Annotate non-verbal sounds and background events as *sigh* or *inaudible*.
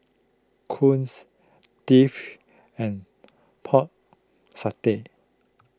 *unintelligible* and Pork Satay